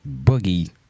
boogie